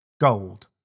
Gold